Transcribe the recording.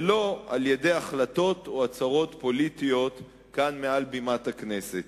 ולא בהחלטות והצהרות פוליטיות כאן מעל בימת הכנסת.